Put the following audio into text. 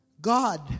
God